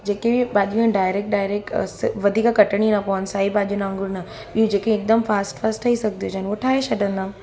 जेके बि भाॼियूं आहिनि डाईरेक्ट डाईरेक्ट वधीक कटिणियूं न पवनि साई भाॼियुनि वांगुरु न ॿियूं हिकदमि ठही सघंदियूं हुजनि उहे ठाहे छॾींदमि